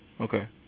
Okay